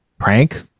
prank